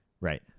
Right